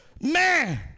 Man